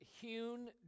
hewn